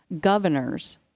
governors